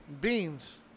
Beans